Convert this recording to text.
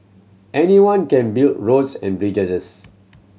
anyone can build roads and